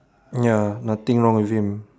ya nothing wrong with him